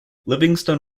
livingston